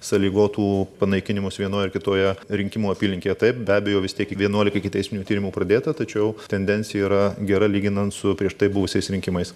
sąlygotų panaikinimus vienoje ar kitoje rinkimų apylinkėje taip be abejo vis tiek vienuolika ikiteisminių tyrimų pradėta tačiau tendencija yra gera lyginant su prieš tai buvusiais rinkimais